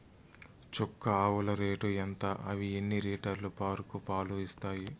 చుక్క ఆవుల రేటు ఎంత? అవి ఎన్ని లీటర్లు వరకు పాలు ఇస్తాయి?